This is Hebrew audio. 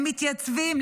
הם מתייצבים.